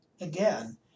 Again